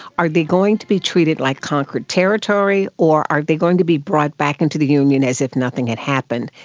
are they going to be treated like conquered territory or are they going to be brought back into the union as if nothing had happened?